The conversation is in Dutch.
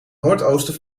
noordoosten